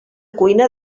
cuina